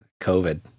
COVID